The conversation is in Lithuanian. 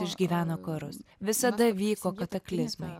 išgyveno karus visada vyko kataklizmai